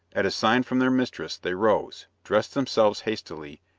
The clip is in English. at a sign from their mistress they rose, dressed themselves hastily,